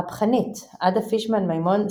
מהפכנית - עדה פישמן מימון,